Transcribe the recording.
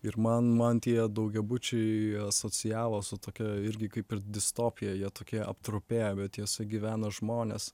ir man man tie daugiabučiai asocijavos su tokia irgi kaip ir distopija jie tokie aptrupėję bet juose gyvena žmonės